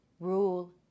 rule